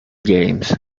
games